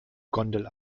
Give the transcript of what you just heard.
gondel